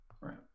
right